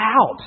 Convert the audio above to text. out